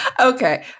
Okay